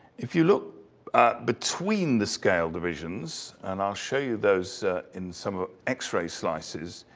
if you look between the scale divisions. and i'll show you those in some of x-ray slices.